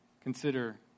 consider